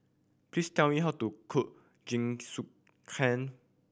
please tell me how to cook Jingisukan